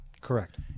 Correct